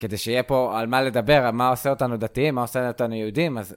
כדי שיהיה פה על מה לדבר, על מה עושה אותנו דתיים, מה עושה אותנו יהודים, אז...